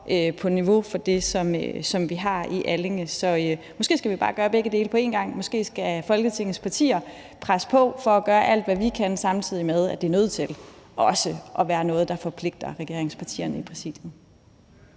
på niveau med det, som vi har i Allinge. Så måske skal vi bare gøre begge dele på en gang. Måske skal Folketingets partier presse på for at gøre alt, hvad vi kan, samtidig med at det er nødt til at være noget, der også forpligter regeringspartierne i Præsidiet.